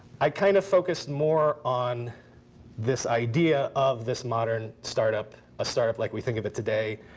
i kind of focused more on this idea of this modern startup, a startup like we think of it today.